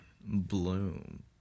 Bloom